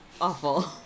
awful